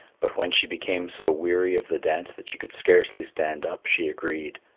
but when she became so weary of the dance that she could scarcely stand up she agreed,